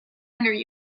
hundred